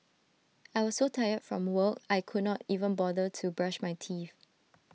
I was so tired from work I could not even bother to brush my teeth